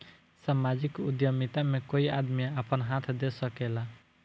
सामाजिक उद्यमिता में कोई आदमी आपन हाथ दे सकेला